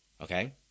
Okay